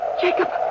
Jacob